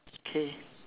okay